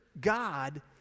God